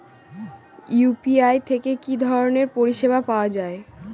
UPI থেকে কি ধরণের পরিষেবা পাওয়া য়ায়?